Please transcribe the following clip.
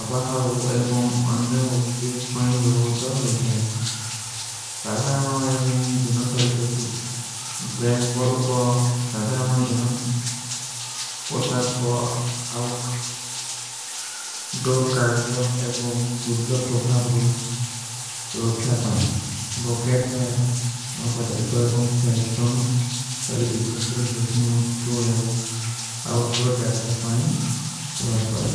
ଆବାହାଓ ଏବଂଗ ଅନୁ ଉତ୍ତେଶ ପଈଂଗ ବେଵହୋତୋ ହୋଈ ଥାଈ ସାଧାରାନୋଂ। ଏବଂଗ ଦିନୋଂ ସରୀ ଟୋପୀ ଵେଶବଲ କୋ ସାଧାରାନୋଂ ଦିନୋଂ ସରୀ। ପୋଶା କୋ ଆଉଟ ଡୋର କରଜଯୋଂ ଏବଂଗ। ସୁରୁଜୋ ପ୍ରଭାଗ ରୋ ସୁରୋଖ୍ଯା ପାଏଂଗ ଵେଶବଲ କୋ ସାଧାରାନୋଂ। ଦିନୋଂ ସରୀ ପ୍ରଭାଗ ରୋ ସୁରୁଜୋ ପ୍ରଭାଗ ରୋ ସୁରୋଖ୍ଯା ପାଏଂଗ।